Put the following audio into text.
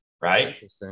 right